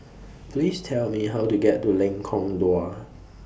Please Tell Me How to get to Lengkong Dua